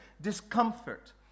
discomfort